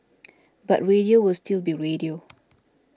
but radio will still be radio